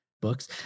books